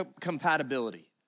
compatibility